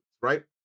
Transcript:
right